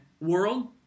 world